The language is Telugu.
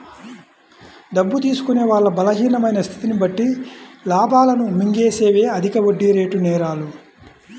డబ్బు తీసుకునే వాళ్ళ బలహీనమైన స్థితిని బట్టి లాభాలను మింగేసేవే అధిక వడ్డీరేటు నేరాలు